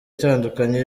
itandukanye